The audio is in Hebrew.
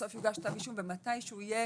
בסוף יוגש כתב אישום ומתישהו תהיה